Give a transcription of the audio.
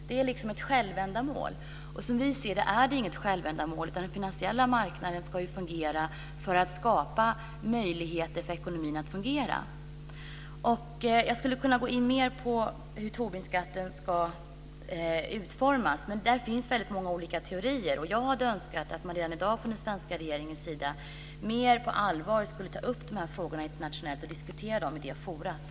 Det är ett självändamål. Men som vi ser det är det inget självändamål, utan den finansiella marknaden ska fungera för att skapa möjligheter för ekonomin att fungera. Jag skulle kunna gå in mer på hur Tobinskatten ska utformas. Där finns många olika teorier. Jag skulle önska att man redan i dag från den svenska regeringens sida mer på allvar tog upp de här frågorna internationellt och diskuterade dem i det forumet.